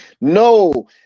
No